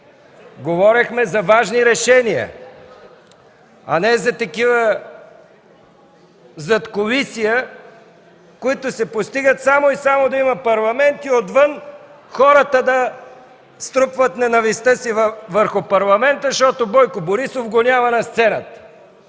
говорехме за важни решения, а не за такива задкулисия, които се постигат само и само да има Парламент и отвън хората да струпват ненавистта си върху Парламента, защото Бойко Борисов го няма на сцената.